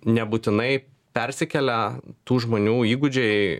nebūtinai persikelia tų žmonių įgūdžiai